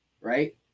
right